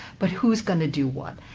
but who's going to do what?